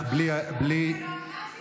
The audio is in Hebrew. ברשתות החברתיות